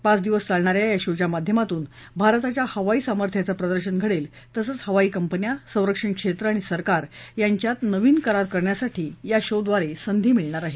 पाच दिवस चालणा या शोच्या माध्यमातून भारताच्या हवाई सामथ्याचं प्रदर्शन घडेल तसंच हवाई कंपन्या संरक्षण क्षेत्र आणि सरकार यांच्यात नवीन करार करण्यासाठी संधी मिळणार आहे